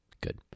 good